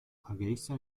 hargeysa